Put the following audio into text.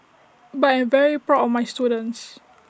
but I am very proud of my students